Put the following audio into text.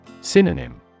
Synonym